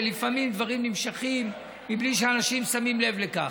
ולפעמים דברים נמשכים בלי שאנשים שמים לב לכך.